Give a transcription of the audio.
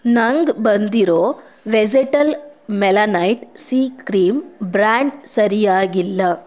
ನಂಗೆ ಬಂದಿರೊ ವೆಜೆಟಲ್ ಮೆಲನೈಟ್ ಸೀಕ್ ಕ್ರೀಮ್ ಬ್ರ್ಯಾಂಡ್ ಸರಿಯಾಗಿಲ್ಲ